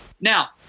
Now